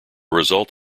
result